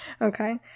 Okay